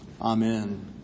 Amen